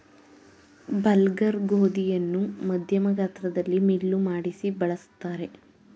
bulgur ಗೋಧಿಯನ್ನು ಮಧ್ಯಮ ಗಾತ್ರದಲ್ಲಿ ಮಿಲ್ಲು ಮಾಡಿಸಿ ಬಳ್ಸತ್ತರೆ